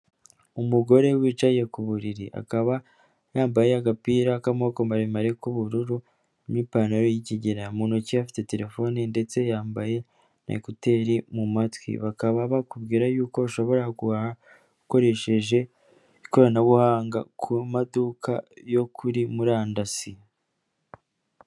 Umugore wicaye ku buriri, akaba yambaye agapira k'amaboko maremare k'ubururu n'ipantaro y'ikigina, mu ntoki afite terefone ndetse yambaye na ekuteri mu matwi, bakaba bakubwira yuko ushobora guhaha ukoresheje ikoranabuhanga ku maduka yo kuri murandasi.